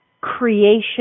creation